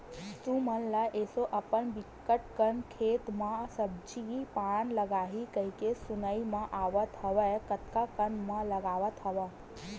तुमन ल एसो अपन बिकट कन खेत म सब्जी पान लगाही कहिके सुनाई म आवत हवय कतका कन म लगावत हव?